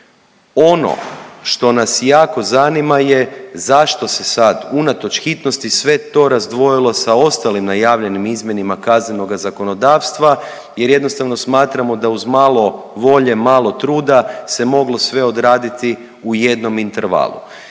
Ono što nas jako zanima je zašto se sad unatoč hitnosti sve to razdvojilo sa ostalim najavljenim izmjenama kaznenoga zakonodavstva, jer jednostavno smatramo da uz malo volje, malo truda se moglo sve odraditi u jednom intervalu.